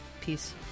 Peace